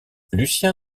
lucien